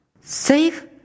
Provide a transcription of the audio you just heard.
Safe